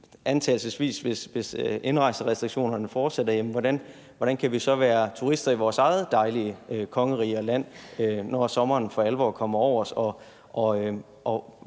antagelsesvis, hvis indrejserestriktionerne fortsætter – hvordan vi så kan være turister i vores dejlige kongerige og land, når sommeren for alvor kommer over hos, og